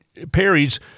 Perry's